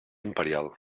imperial